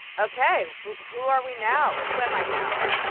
ok, who who are we now? who am i now?